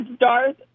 Darth